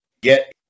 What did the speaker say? get